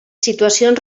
situacions